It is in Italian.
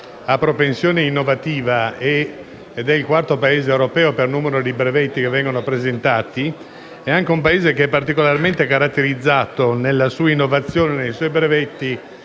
a propensione innovativa, nonché il quarto Paese europeo per numero di brevetti presentati, è anche un Paese particolarmente caratterizzato, nella sua innovazione e nei suoi brevetti,